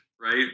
right